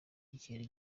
ikintu